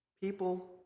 people